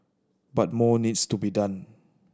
but more needs to be done